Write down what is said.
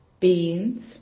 Beans